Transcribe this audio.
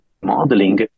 modeling